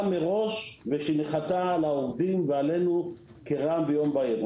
מראש ושהונחתה על העובדים ועלינו כרעם ביום בהיר.